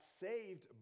saved